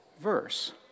verse